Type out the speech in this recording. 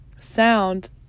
sound